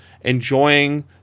enjoying